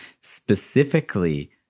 specifically